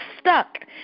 stuck